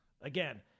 Again